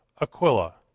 Aquila